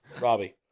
Robbie